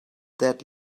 that